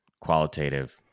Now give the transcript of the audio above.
qualitative